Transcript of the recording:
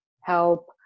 help